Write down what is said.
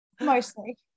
mostly